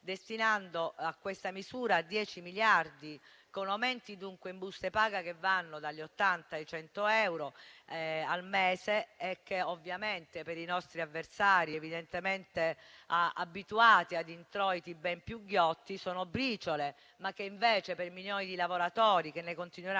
destinando a questa misura 10 miliardi, con aumenti in buste paga che vanno dagli 80 ai 100 euro al mese, che per i nostri avversari, evidentemente abituati a introiti ben più ghiotti, sono briciole, ma che invece per milioni di lavoratori che ne continueranno